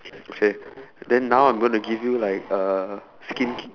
okay then now I'm now going to give you like uh skinc~